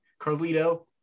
carlito